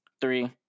three